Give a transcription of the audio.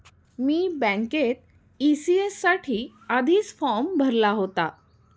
मी बँकेत ई.सी.एस साठी आधीच फॉर्म भरला होता